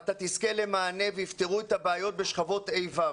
אתה תזכה למענה ויפתרו את הבעיות בשכבות ה'-ו'.